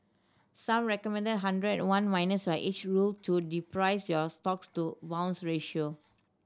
some recommend the hundred one minus your age rule to derive your stocks to bonds ratio